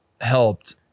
helped